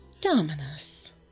Dominus